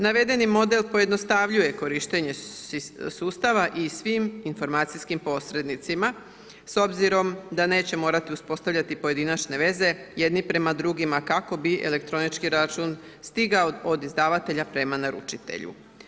Navedeni model pojednostavljuje korištenje sustava i svim informacijskim posrednicima s obzirom da neće morati uspostavljati pojedinačne veze jedni prema drugima kako bi elektronički račun stigao od izdavatelja prema naručitelju.